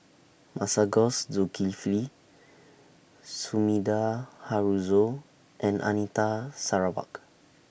Masagos Zulkifli Sumida Haruzo and Anita Sarawak